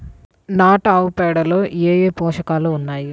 నాటు ఆవుపేడలో ఏ ఏ పోషకాలు ఉన్నాయి?